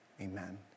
Amen